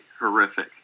horrific